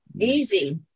Easy